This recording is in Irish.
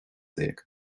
déag